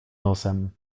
nosem